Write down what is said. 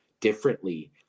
differently